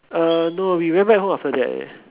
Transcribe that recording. uh no we went back home after that eh